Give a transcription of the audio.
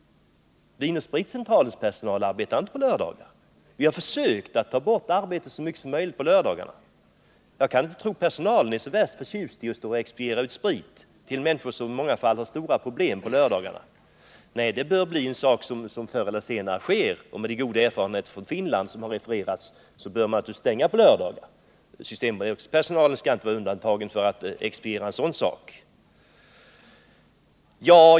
Vin & Spritcentralens personal arbetar inte på lördagar. Vi har försökt att i så stor utsträckning som möjligt ta bort arbete på lördagarna. Jag tror inte att personalen är så värst förtjust i att på lördagarna expediera sprit till människor som i många fall har stora problem. Och med de goda erfarenheter som har refererats från Finland bör man naturligtvis ha stängt på lördagar. Systemets personal skall inte vara undantagen av sådana skäl.